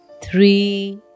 three